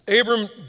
Abram